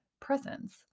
presence